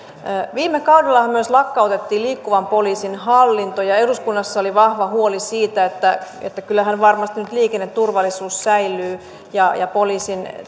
viime kaudella myös lakkautettiin liikkuvan poliisin hallinto ja eduskunnassa oli vahva huoli siitä että että kyllähän varmasti nyt liikenneturvallisuus säilyy ja ja poliisin